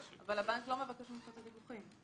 שמחייבת דיווח בלתי רגיל לרשות לאיסור הלבנת